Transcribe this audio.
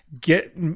Get